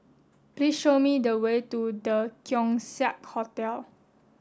please show me the way to The Keong Saik Hotel